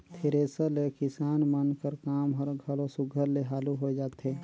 thresher ले किसान मन कर काम हर घलो सुग्घर ले हालु होए जाथे